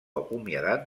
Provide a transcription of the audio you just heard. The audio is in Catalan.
acomiadat